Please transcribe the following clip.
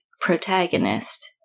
protagonist